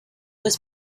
was